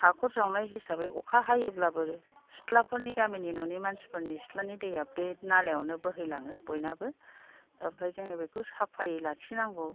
हाखर जावनाय हिसाबै अखा हायोब्लाबो सितलाफोरनि गामिनि न'नि मानसिफोरनि सितलानि दैया बे नालायावनो बोहैलाङो बयनाबो ओमफ्राय जोङो बेखौ साफायै लाखिनांगौ